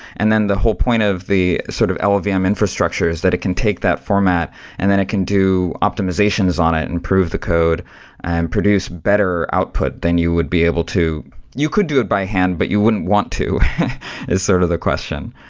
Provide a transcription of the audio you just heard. and then the whole point of the sort of of llvm um infrastructure is that it can take that format and then it can do optimizations on it and improve the code and produce better output than you would be able to you could do it by hand, but you wouldn't want to is sort of the question.